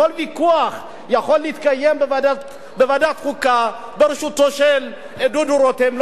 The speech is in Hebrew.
כל מיקוח יכול להתקיים בוועדת החוקה בראשותו של דודו רותם.